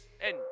And-